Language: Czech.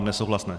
Nesouhlasné.